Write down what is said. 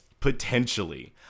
potentially